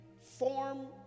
form